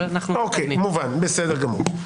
אבל אנחנו --- מובן, בסדר גמור.